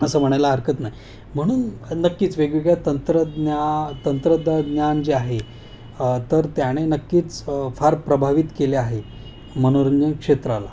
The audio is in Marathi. असं म्हणायला हरकत नाही म्हणून नक्कीच वेगवेगळ्या तंत्रज्ञा तंत्रज्ञान जे आहे तर त्याने नक्कीच फार प्रभावित केले आहे मनोरंजन क्षेत्राला